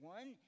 One